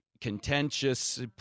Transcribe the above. contentious